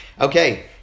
Okay